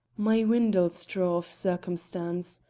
my windlestraw of circumstance!